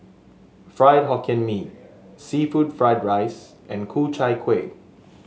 Fried Hokkien Mee seafood Fried Rice and Ku Chai Kuih